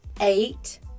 eight